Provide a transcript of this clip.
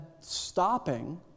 stopping